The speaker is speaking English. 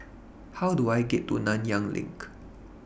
How Do I get to Nanyang LINK